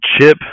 Chip